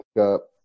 up